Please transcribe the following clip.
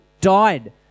died